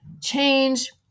change